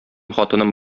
хатыным